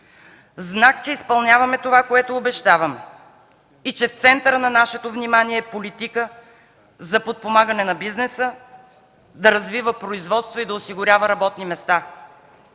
Знак, че изпълняваме това, което обещаваме е, че в центъра на нашето внимание е политика за подпомагане на бизнеса, за да развива производство и да осигурява работни места,